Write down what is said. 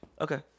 Okay